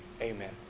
Amen